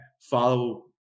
follow